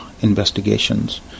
Investigations